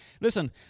Listen